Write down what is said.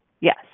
yes